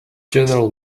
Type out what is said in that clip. general